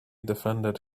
defended